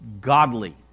godly